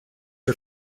are